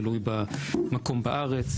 תלוי במקום בארץ,